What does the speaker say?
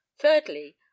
thirdly